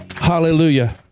hallelujah